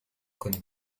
کنیم